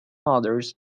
motors